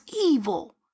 evil